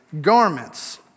garments